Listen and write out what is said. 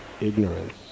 ignorance